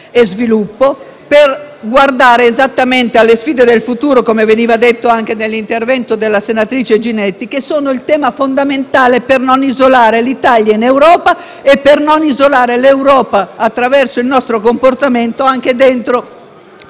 e sviluppo e guardare esattamente alle sfide del futuro, come diceva nel suo intervento anche la senatrice Ginetti, che sono il tema fondamentale per non isolare l'Italia in Europa e per non isolare l'Europa, attraverso il nostro comportamento, dentro